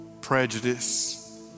prejudice